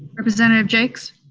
representative jaques?